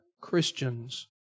Christians